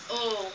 oh